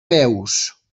veus